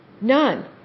None